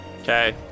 okay